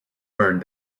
learned